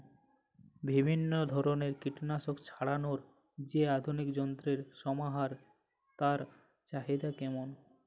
বিভিন্ন ধরনের কীটনাশক ছড়ানোর যে আধুনিক যন্ত্রের সমাহার তার চাহিদা কেমন?